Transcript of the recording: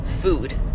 food